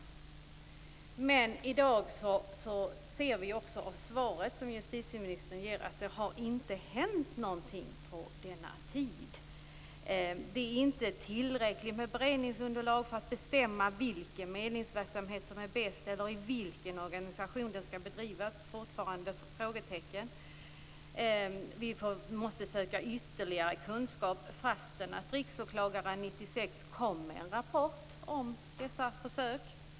Men i dag ser vi också av svaret som justitieministern ger att det inte har hänt någonting på denna tid. Det finns inte tillräckligt med beredningsunderlag för att bestämma vilken medlingsverksamhet som är bäst eller i vilken organisation medlingsverksamheten skall bedrivas. Det finns fortfarande frågetecken. Vi måste söka ytterligare kunskap trots att Riksåklagaren 1996 kom med en rapport om dessa försök.